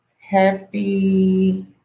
happy